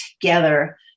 together